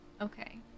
Okay